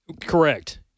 Correct